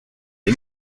est